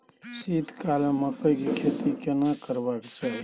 शीत काल में मकई के खेती केना करबा के चाही?